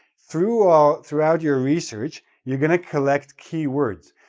throughout throughout your research, you're going to collect key words.